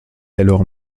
alors